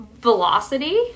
Velocity